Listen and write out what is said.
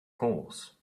course